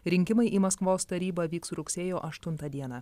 rinkimai į maskvos tarybą vyks rugsėjo aštuntą dieną